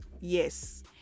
yes